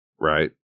Right